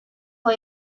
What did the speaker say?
for